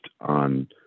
on